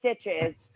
stitches